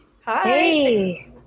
Hi